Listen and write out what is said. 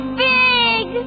big